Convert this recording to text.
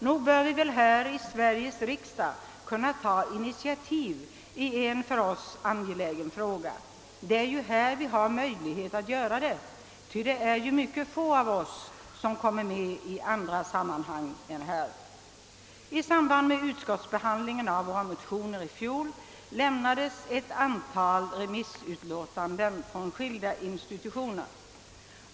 Nog bör vi väl i Sveriges riksdag kunna ta initiativ i en för oss angelägen fråga. Det är ju här vi har möjlighet att göra detta, ty det är mycket få av oss som kommer med i andra sammanhang än här. I samband med utskottsbehandlingen av våra motioner i fjol lämnades ett antal remissutlåtanden från skilda institutioner.